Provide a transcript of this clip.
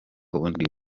ubundi